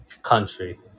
country